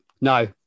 No